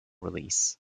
release